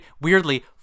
weirdly